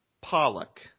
Pollock